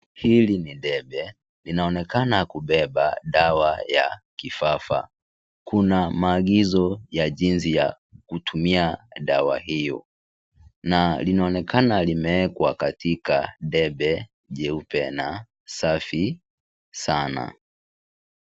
Hili ni debe linaonekana kubeba dawa ya kifafa, kuna maagizo ya jinsi ya kutumia dawa hiyo na linaonekana limeekwa katika debe jeupe na safi sana.